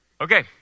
Okay